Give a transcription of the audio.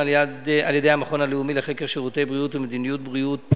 על-ידי המכון הלאומי לחקר שירותי בריאות ומדיניות בריאות,